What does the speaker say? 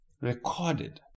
recorded